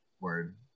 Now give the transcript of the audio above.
word